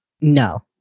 No